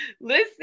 listen